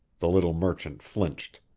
the little merchant flinched.